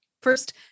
First